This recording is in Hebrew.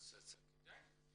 אז כדאי.